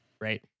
right